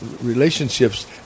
relationships